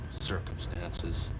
circumstances